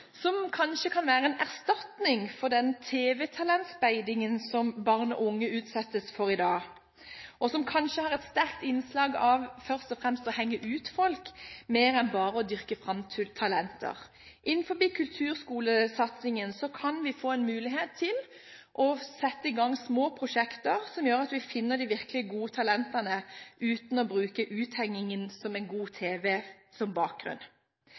som kanskje kan være en erstatning for den tv-talentspeidingen som barn og unge utsettes for i dag, og som kanskje har et sterkt innslag av først og fremst å henge ut folk, mer enn bare å dyrke fram talenter. Innenfor kulturskolesatsingen kan vi få en mulighet til å sette i gang små prosjekter som gjør at vi kan finne de virkelig gode talentene uten å bruke uthenging på tv som bakgrunn.